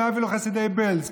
אולי אפילו חסידי בעלז,